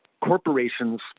corporations